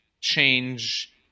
change